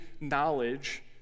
knowledge